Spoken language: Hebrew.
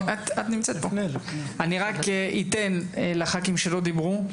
אתן את רשות הדיבור לחברי הכנסת שלא דיברו.